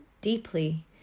deeply